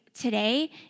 today